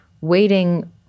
waiting